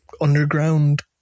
underground